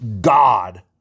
God